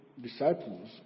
disciples